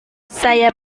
saya